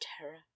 terror